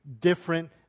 different